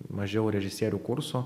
mažiau režisierių kurso